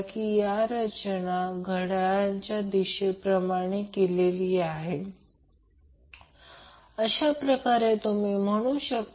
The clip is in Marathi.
म्हणून एकदा करंट मिळाला म्हणून हे ओपन सर्किट आहे मी पुन्हा सर्किट काढत नाही